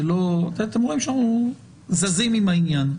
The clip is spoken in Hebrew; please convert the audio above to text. אתם רואים שאנחנו זזים עם העניין.